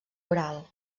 oral